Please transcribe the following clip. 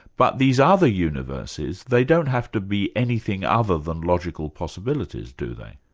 but these other universes, they don't have to be anything other than logical possibilities, do they?